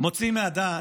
מוציא מהדעת,